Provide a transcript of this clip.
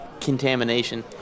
contamination